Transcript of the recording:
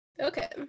Okay